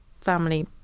family